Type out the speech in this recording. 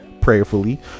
prayerfully